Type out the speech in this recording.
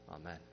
Amen